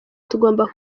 tugomba